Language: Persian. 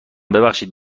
ببخشید